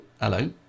hello